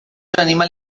animal